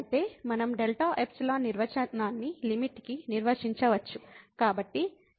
కాబట్టి మనం delta epsilon నిర్వచనాన్ని లిమిట్ కి నిర్వచించవచ్చు